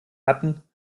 hatten